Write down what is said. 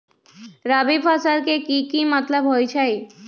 रबी फसल के की मतलब होई छई?